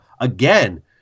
again